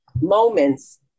moments